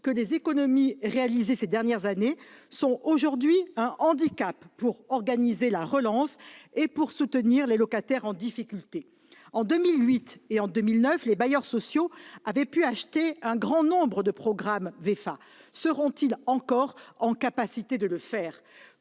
que les économies effectuées ces dernières années sont aujourd'hui un handicap pour organiser la relance et soutenir les locataires en difficulté ? En 2008 et en 2009, les bailleurs sociaux avaient pu acheter un grand nombre de programmes en vente en l'état futur